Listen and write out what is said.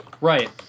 Right